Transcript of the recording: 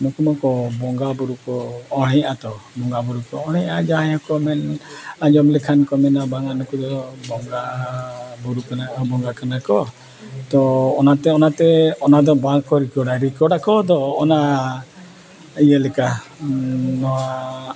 ᱱᱩᱠᱩ ᱢᱟᱠᱚ ᱵᱚᱸᱜᱟ ᱵᱩᱨᱩ ᱠᱚ ᱚᱬᱦᱮᱜᱼᱟ ᱛᱚ ᱵᱚᱸᱜᱟ ᱵᱩᱨᱩ ᱠᱚ ᱚᱬᱦᱮᱜᱼᱟ ᱡᱟᱦᱟᱸᱭ ᱠᱚ ᱢᱮᱱ ᱟᱸᱡᱚᱢ ᱞᱮᱠᱷᱟᱱ ᱠᱚ ᱢᱮᱱᱟ ᱵᱟᱝᱟ ᱱᱩᱠᱩ ᱫᱚ ᱵᱚᱸᱜᱟ ᱵᱩᱨᱩ ᱠᱟᱱᱟ ᱠᱚ ᱵᱚᱸᱜᱟ ᱠᱟᱱᱟ ᱠᱚ ᱛᱚ ᱚᱱᱟᱛᱮ ᱚᱱᱟᱛᱮ ᱚᱱᱟ ᱫᱚ ᱵᱟᱝ ᱠᱚ ᱨᱮᱠᱚᱨᱰᱟ ᱨᱮᱠᱚᱨᱰ ᱟᱠᱚ ᱫᱚ ᱚᱱᱟ ᱤᱭᱟᱹ ᱞᱮᱠᱟ ᱱᱚᱣᱟ